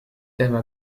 thèmes